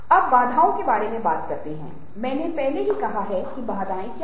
अब बाधाओं के बारे में बात करते हुए मैंने पहले ही कहा है कि बाधाएं क्या हैं